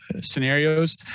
scenarios